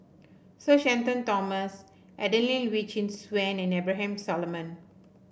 Sir Shenton Thomas Adelene Wee Chin Suan and Abraham Solomon